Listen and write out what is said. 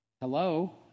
hello